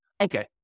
Okay